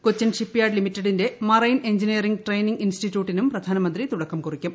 Cochin shipyard ല്യൂമിറ്റഡിന്റെ marine engineering training ഇന്റസ്റ്റിറ്റ്യൂട്ടിനും പ്രധാനമന്ത്രി തുടക്കം കുറിക്കും